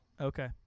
Okay